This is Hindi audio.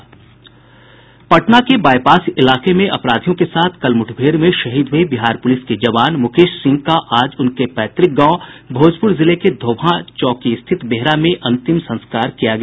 पटना के बाईपास इलाके में अपराधियों के साथ कल मुठभेड़ में शहीद हुए बिहार पुलिस के जवान मुकेश सिंह का आज उनके पैतृक गांव भोजपुर जिले के धोबहां चौकी स्थित बेहरा में अंतिम संस्कार किया गया